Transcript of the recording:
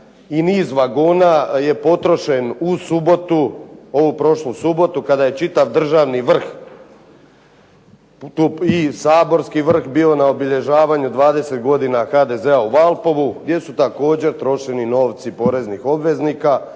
i niz vagona je potrošen u subotu, ovu prošlu subotu kada je čitav državni vrh i saborski vrh bio na obilježavanju 20 godina HDZ-a u Valpovu gdje su također trošeni novci poreznih obveznika